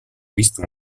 visto